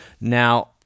now